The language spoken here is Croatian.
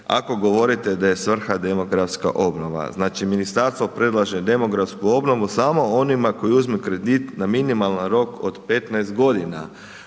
ako govorite da je svrha demografska obnova. Znači ministarstvo predlaže demografsku obnovu samo onima koji uzmu kredit na minimalni rok od 15 godina.